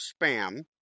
Spam